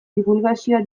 dibulgazioa